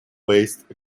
based